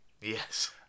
Yes